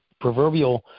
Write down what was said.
proverbial